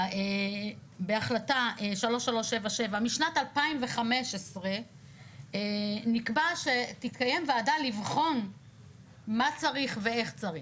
כי בהחלטה 3377 משנת 2015 נקבע שתתקיים ועדה לבחון מה צריך ואיך צריך.